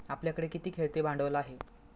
आपल्याकडे किती खेळते भांडवल आहे?